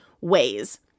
ways